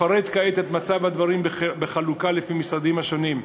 אפרט כעת את מצב הדברים בחלוקה לפי המשרדים השונים.